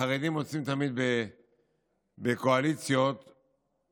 את החרדים מוצאים תמיד בקואליציות מסוימות,